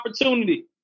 opportunity